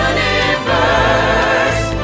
Universe